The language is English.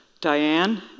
Diane